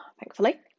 thankfully